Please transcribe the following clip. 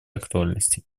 актуальности